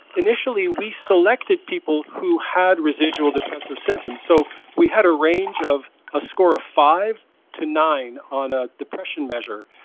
initially we selected people who had residual depressive symptoms, so we had a range of a score of five to nine on a depression measure.